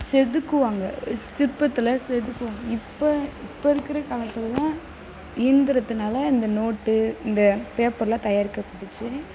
செதுக்குவாங்க சிற்பத்தில் செதுக்குவாங்க இப்போ இப்போ இருக்கிற காலத்திலலாம் இயந்திரத்தினால இந்த நோட்டு இந்த பேப்பர்லாம் தயாரிக்கப்பட்டுச்சு